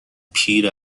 پیر